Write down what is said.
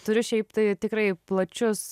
turiu šiaip tai tikrai plačius